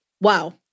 Wow